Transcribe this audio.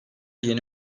yeni